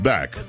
Back